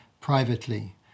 privately